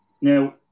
Now